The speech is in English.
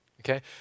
Okay